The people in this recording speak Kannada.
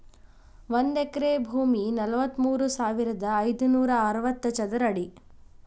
ಒಂದ ಎಕರೆ ಭೂಮಿ ನಲವತ್ಮೂರು ಸಾವಿರದ ಐದನೂರ ಅರವತ್ತ ಚದರ ಅಡಿ